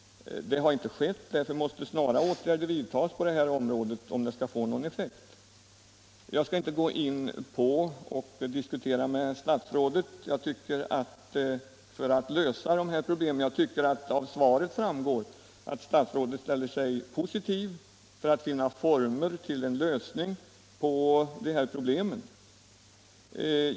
När så inte skett, måste nu snara åtgärder vidtas på det här området, om de skall få någon effekt. Jag skall inte gå in på någon diskussion med herr statsrådet om sättet att lösa dessa frågor. Jag tycker att det av svaret framgår att statsrådet ställer sig positiv till att åstadkomma en lösning av detta problem.